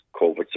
COVID